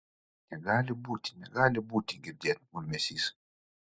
negali būti negali būti girdėt murmesys